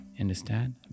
Understand